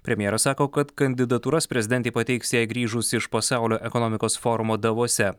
premjeras sako kad kandidatūras prezidentei pateiks jai grįžus iš pasaulio ekonomikos forumo davose